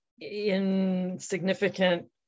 insignificant